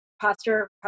posture